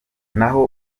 naho